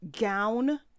gown